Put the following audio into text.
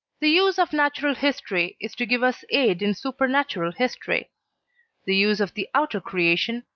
the use of natural history is to give us aid in supernatural history the use of the outer creation,